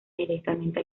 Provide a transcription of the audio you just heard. directamente